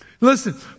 Listen